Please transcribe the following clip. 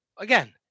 Again